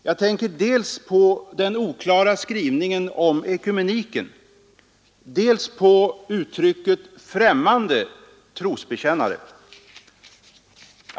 Jag tänker dels på den oklara skrivningen om ekumeniken, dels på uttrycket ”främmande trosbekännare”.